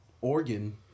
organ